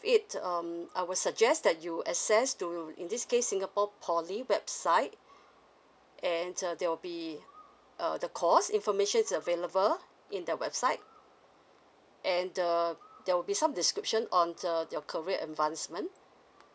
it um I would suggest that you access to in this case singapore poly website and err there would be err the course informations available in the website and the there would be some description on the your career advancement